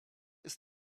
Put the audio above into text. ist